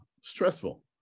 stressful